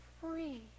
free